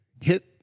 hit